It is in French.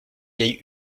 vieille